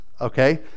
okay